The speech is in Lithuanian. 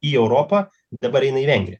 į europą dabar eina į vengriją